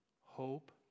hope